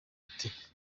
ati